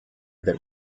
that